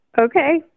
Okay